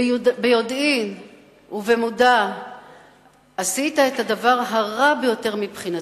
ביודעין ובמודע עשית את הדבר הרע ביותר מבחינתך,